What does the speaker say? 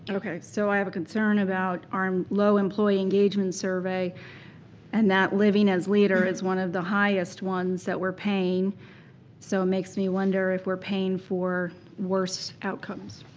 and okay, so i have a concern about our low employee engagement survey and that living as leader is one of the highest ones that we're paying so it makes me wonder if we're paying for worse outcomes.